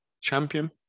Champion